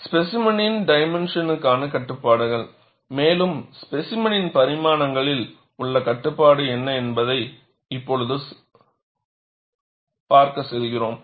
ஸ்பேசிமெனின் டைமென்ஷனுக்கான கட்டுபாடுகள் மேலும் ஸ்பேசிமெனின் பரிமாணங்களில் உள்ள கட்டுபாடுகள் என்ன என்பதைப் பார்ப்பதற்கு இப்போது செல்கிறோம்